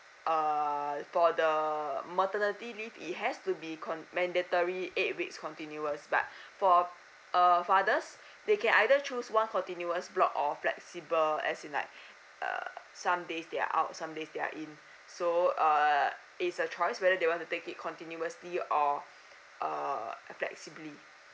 uh for the maternity leave it has to be mandatory eight weeks continuous but for uh fathers they can either choose one continuous block or flexible as in like uh some days they are out some days they are in so uh it's a choice whether they want to take it continuously or uh flexibly